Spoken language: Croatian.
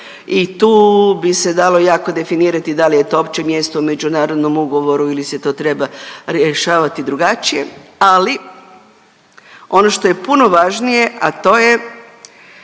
i tu bi se dalo jako definirati da li je to uopće mjesto u međunarodnom ugovoru ili se to treba rješavati drugačije, ali ono što je puno važnije a to je